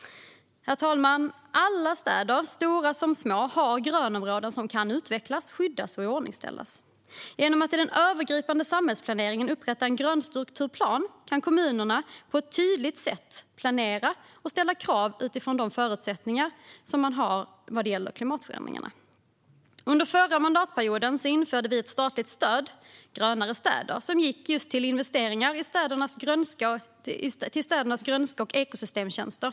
Herr talman! Alla städer, stora som små, har grönområden som kan utvecklas, skyddas och iordningställas. Genom att i den övergripande samhällsplaneringen upprätta en grönstrukturplan kan kommunerna på ett tydligt sätt planera och ställa krav utifrån de förutsättningar de har vad gäller klimatförändringarna. Under den förra mandatperioden införde vi ett statligt stöd för grönare städer som gick till investeringar i städernas grönska och ekosystemtjänster.